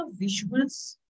visuals